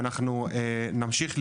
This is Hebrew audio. ואנחנו נמשיך לדרוש,